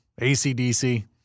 ACDC